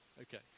Okay